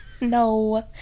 No